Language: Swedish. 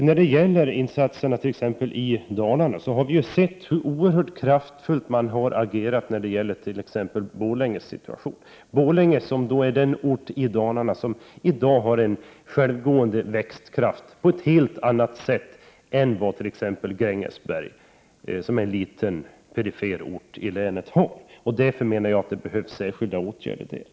När det gäller insatserna i Dalarna har vi ju sett hur oerhört kraftigt man har agerat i fråga om t.ex. Borlänges situation. Borlänge är en ort som har en ”självgående” växtkraft på ett helt annat sätt än Grängesberg, som är en liten perifer ort i länet. Därför menar jag att det behövs särskilda åtgärder i Grängesberg.